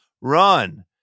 Run